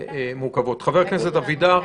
חבר הכנסת אבידר.